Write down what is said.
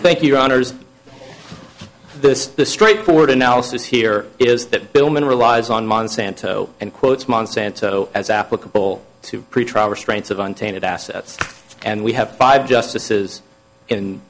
thank you honors this straightforward analysis here is that billman relies on monsanto and quotes monsanto as applicable to pretrial restraints of untainted assets and we have five justices in